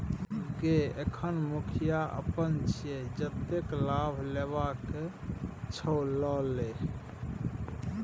गय अखन मुखिया अपन छियै जतेक लाभ लेबाक छौ ल लए